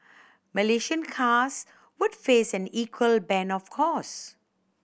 Malaysian cars would face an equal ban of course